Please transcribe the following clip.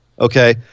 okay